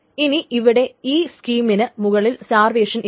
ഇനി ഇവിടെ ഈ സ്കീമിന് മുകളിൽ സ്റ്റാർവേഷൻ ഇല്ല